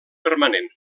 permanent